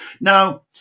Now